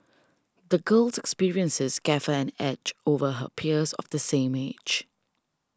the girl's experiences gave her an edge over her peers of the same age